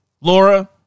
Laura